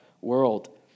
world